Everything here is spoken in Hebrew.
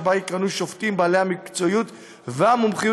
שבה יכהנו שופטים בעלי המקצועיות והמומחיות